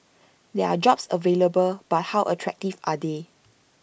there are jobs available but how attractive are they